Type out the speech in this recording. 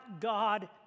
God